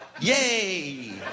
Yay